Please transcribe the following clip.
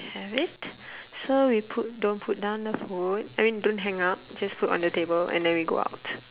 have it so we put don't put down the phone I mean don't hang up just put on the table and then we go out